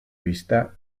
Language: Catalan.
vista